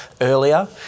earlier